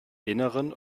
innern